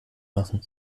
machen